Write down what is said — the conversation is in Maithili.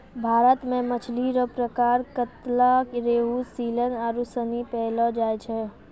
भारत मे मछली रो प्रकार कतला, रेहू, सीलन आरु सनी पैयलो जाय छै